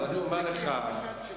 אז אני אומר לך, שלך.